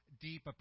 deep